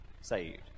saved